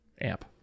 amp